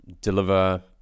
deliver